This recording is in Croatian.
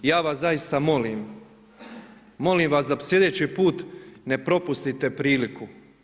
I ja vas zaista molim, molim da sljedeći put ne propustite priliku.